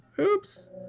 Oops